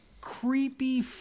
creepy